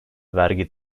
vergi